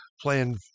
playing